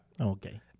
Okay